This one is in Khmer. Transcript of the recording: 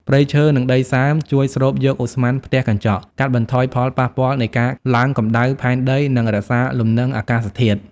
ព្រៃឈើ និងដីសើម ជួយស្រូបយកឧស្ម័នផ្ទះកញ្ចក់ កាត់បន្ថយផលប៉ះពាល់នៃការឡើងកំដៅផែនដី និងរក្សាលំនឹងអាកាសធាតុ។